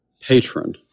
patron